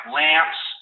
lamps